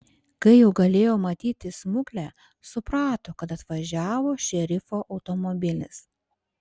kai jau galėjo matyti smuklę suprato kad atvažiavo šerifo automobilis